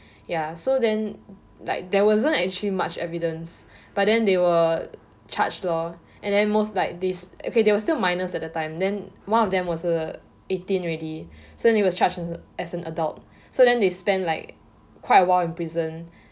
ya so then like there wasn't actually much evidence but then they were charged lor and then most like they okay they were still minors at the time then one of them was a eighteen already so he was charged as an adult so then they spent like quite a while in prison